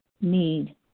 need